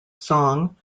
song